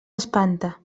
espanta